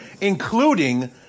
including